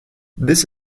this